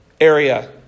area